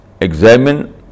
examine